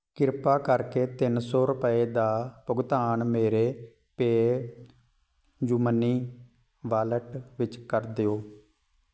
ਕਿਰਪਾ ਕਰਕੇ ਤਿੰਨ ਸੌ ਰੁਪਏ ਦਾ ਭੁਗਤਾਨ ਮੇਰੇ ਪੇਯੂਮਨੀ ਵਾਲਟ ਵਿੱਚ ਕਰ ਦਿਓ